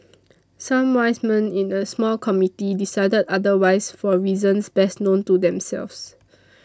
some 'wise men' in a small committee decided otherwise for reasons best known to themselves